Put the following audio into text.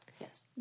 Yes